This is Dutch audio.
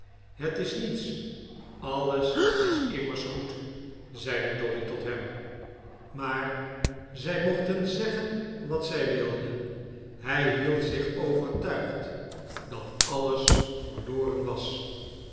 het is niets alles is immers goed zeide dolly tot hem maar zij mochten zeggen wat zij wilden hij hield zich overtuigd dat alles verloren was